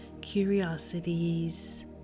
curiosities